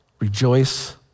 rejoice